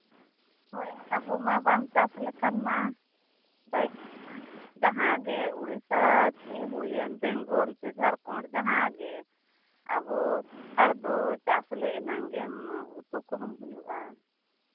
ᱦᱳᱭ ᱟᱵᱚ ᱢᱟ ᱵᱟᱢ ᱪᱟᱥ ᱞᱮᱠᱷᱟᱱ ᱢᱟ ᱡᱟᱦᱟᱸᱜᱮ ᱩᱲᱤᱥᱥᱟ ᱦᱩᱭᱮᱱ ᱵᱮᱝᱜᱚᱞ ᱥᱮ ᱡᱷᱟᱲᱠᱷᱚᱱᱰ ᱡᱟᱦᱟᱸᱜᱮ ᱟᱵᱚ ᱥᱟᱱᱛᱟᱲ ᱫᱚ ᱪᱟᱥ ᱞᱮ ᱮᱱᱟᱝ ᱜᱮᱢ ᱩᱛᱩ ᱠᱚᱦᱚᱸᱢ ᱦᱩᱭᱩᱜᱼᱟ